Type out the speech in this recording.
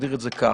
נגדיר את זה כך.